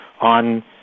on